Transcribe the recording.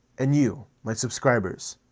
and you, my subscribers.